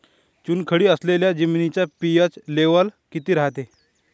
चुनखडी असलेल्या जमिनीचा पी.एच लेव्हल किती रायते?